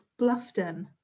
Bluffton